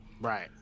Right